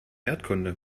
erdkunde